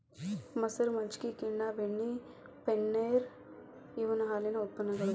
ಮಸರ, ಮಜ್ಜಗಿ, ಗಿನ್ನಾ, ಬೆಣ್ಣಿ, ಪನ್ನೇರ ಇವ ಹಾಲಿನ ಉತ್ಪನ್ನಗಳು